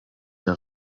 der